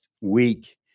week